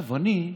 אני,